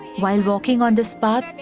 while walking on the spot,